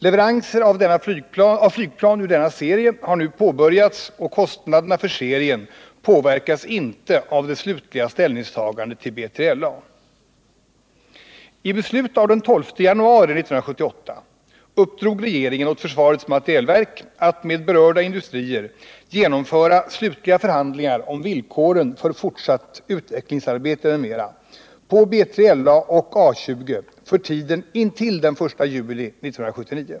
Leveranser av flygplan ur denna serie har nu påbörjats och kostnaderna för serien påverkas inte av det slutliga ställningstagandet till B3LA. I beslut den 12 januari 1978 uppdrog regeringen åt försvarets materielverk att med berörda industrier genomföra slutliga förhandlingar om villkoren för fortsatt utvecklingsarbete m.m. på B3LA och A 20 för tiden intill den 1 juli 1979.